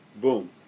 Boom